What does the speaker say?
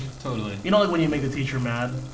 totally. you know like when you make the teacher mad,